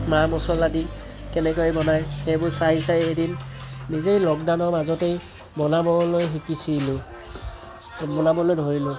মা মছলা দি কেনেকৈ বনায় সেইবোৰ চাই চাই এদিন নিজেই লকডাউনৰ মাজতেই বনাবলৈ শিকিছিলো বনাবলৈ ধৰিলোঁ